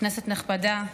כנסת נכבדה,